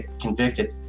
convicted